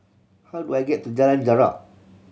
how do I get to Jalan Jarak